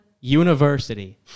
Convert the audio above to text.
University